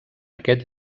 aquest